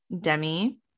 demi